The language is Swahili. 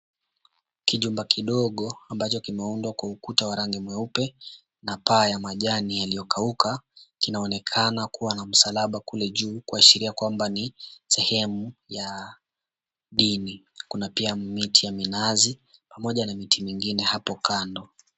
Kijumba kidogo ambacho kimeundwa na ukuta wa rangi nyeupe na paa ya majani yaliyo kauka nakuwa na msalaba kule juu kuwashiria ni sehemu ya dini kuna pia miti ya minazi pamoja na miti mingine hapo kando.